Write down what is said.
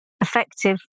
effective